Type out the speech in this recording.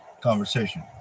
conversation